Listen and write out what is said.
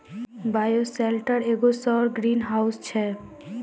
bioshelter एगो सौर greenhouse छै